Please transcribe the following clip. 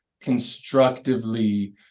constructively